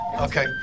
Okay